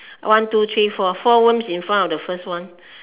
one two three four four worms in front of the first one